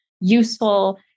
useful